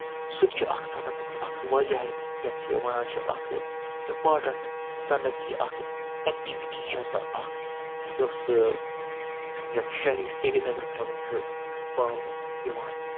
سُہ تہِ چھُ اَکھ صنعتُک اَکھ واریاہ یَتھ یہِ وَنان چھِ اَکھ اِمپاٹَنٛٹ صنعتی اَکھ ایٚکٹِوِٹی چھےٚ سۄ اَکھ یۄس سُہ یَتھ شہری سرینَگرَس منٛز چھُ پاونہٕ یِوان